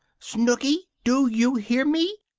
snooky! do you hear me?